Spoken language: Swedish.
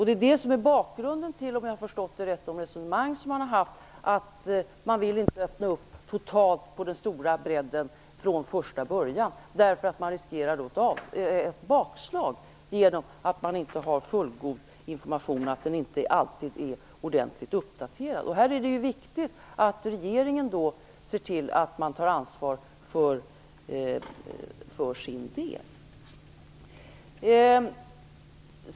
Det är det som är bakgrunden - om jag har förstått resonemanget rätt - till att man inte vill öppna upp totalt, på stor bredd från första början. Man riskerar då ett bakslag, genom att man inte har fullgod information, att den inte alltid är ordentligt uppdaterad. Här är det viktigt att regeringen ser till att ta ansvar för sin del.